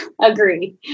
agree